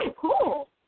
cool